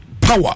power